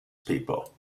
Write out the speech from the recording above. people